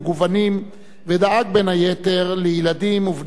ודאג בין היתר לילדים ובני-נוער בסיכון,